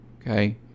Okay